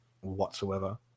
whatsoever